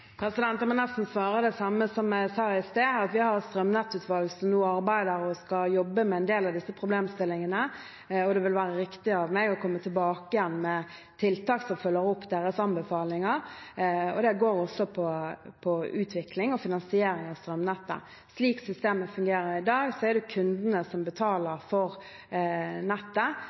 Jeg må nesten svare det samme som jeg sa i sted: Vi har et strømnettutvalg som nå er i arbeid og skal jobbe med en del av disse problemstillingene, og det vil være riktig av meg å komme tilbake med tiltak som følger opp deres anbefalinger. Det handler også om utvikling og finansiering av strømnettet. Slik systemet fungerer i dag, er det kundene som betaler for nettet,